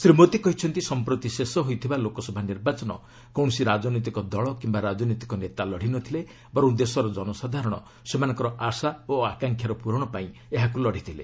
ଶ୍ରୀ ମୋଦି କହିଛନ୍ତି ସମ୍ପ୍ରତି ଶେଷ ହୋଇଥିବା ଲୋକସଭା ନିର୍ବାଚନ କୌଣସି ରାଜନୈତିକ ଦଳ କିମ୍ବା ରାଜନୈତିକ ନେତା ଲଢ଼ି ନ ଥିଲେ ବରଂ ଦେଶର ଜନସାଧାରଣ ସେମାନଙ୍କର ଆଶା ଓ ଆକାଂକ୍ଷାର ପୂରଣ ପାଇଁ ଏହାକ୍ ଲଢ଼ିଥିଲେ